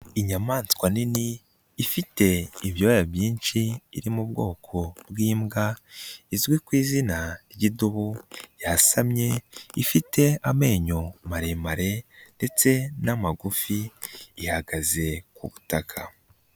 Inyamaswa nini ifite ibyoya byinshi iri mu bwoko bw'imbwa, izwi ku izina ry'idubu yasamye, ifite amenyo maremare ndetse n'amagufi, ihagaze ku butaka.